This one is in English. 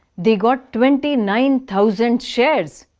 they got twenty nine thousand shares.